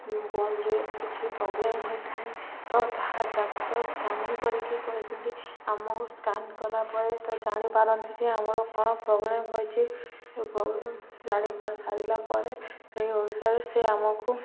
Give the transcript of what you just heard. ବୋନ୍ରେ କିଛି ପ୍ରୋବ୍ଲେମ୍ ହୋଇଥାଏ ତ ତାହା ଡାକ୍ତର ସ୍କାନିଙ୍ଗ କରିକି କହିଛନ୍ତି ଆମକୁ ସ୍କାନ୍ କଲା ପରେ ତା' ଜାଣିପାରନ୍ତି ଯେ ଆମର କ'ଣ ପ୍ରୋବ୍ଲେମ୍ ହୋଇଛି ଜାଣି ସାରିଲା ପରେ ସେଇ ଅନୁସାରେ ସେ ଆମକୁ